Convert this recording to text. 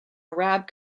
arab